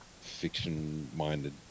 fiction-minded